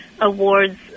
awards